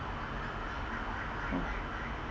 mm